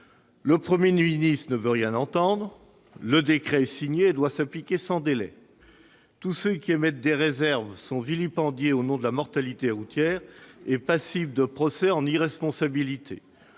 Le Premier ministre n'a rien voulu entendre. Le décret a été signé et a dû s'appliquer sans délai. Tous ceux qui émettaient des réserves ont été vilipendés au nom de la mortalité routière et passibles de procès en irresponsabilité.